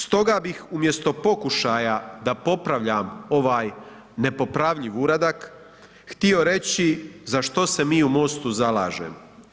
Stoga bih umjesto pokušaja da popravljam ovaj nepopravljiv uradak htio reći za što se mi u MOST-u zalažemo.